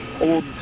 old